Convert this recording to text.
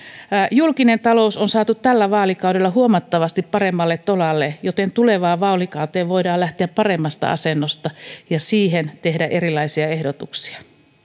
julkinen talous on saatu tällä vaalikaudella huomattavasti paremmalle tolalle joten tulevaan vaalikauteen voidaan lähteä paremmasta asennosta ja sinne tehdä erilaisia ehdotuksia